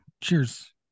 Cheers